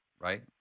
right